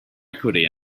equity